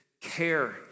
care